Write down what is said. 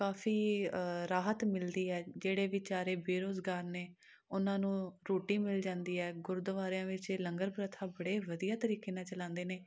ਕਾਫ਼ੀ ਰਾਹਤ ਮਿਲਦੀ ਹੈ ਜਿਹੜੇ ਵਿਚਾਰੇ ਬੇਰੁਜ਼ਗਾਰ ਨੇ ਉਨ੍ਹਾਂ ਨੂੰ ਰੋਟੀ ਮਿਲ ਜਾਂਦੀ ਹੈ ਗੁਰਦੁਆਰਿਆਂ ਵਿੱਚ ਇਹ ਲੰਗਰ ਪ੍ਰਥਾ ਬੜੇ ਵਧੀਆ ਤਰੀਕੇ ਨਾਲ ਚਲਾਉਂਦੇ ਨੇ